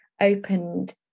opened